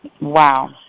Wow